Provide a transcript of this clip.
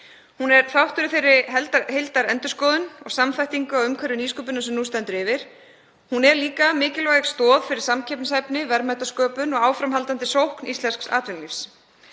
Hún er þáttur í þeirri heildarendurskoðun og samþættingu á umhverfi nýsköpunar sem nú stendur yfir. Hún er líka mikilvæg stoð fyrir samkeppnishæfni, verðmætasköpun og áframhaldandi sókn íslensks atvinnulífs.